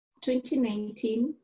2019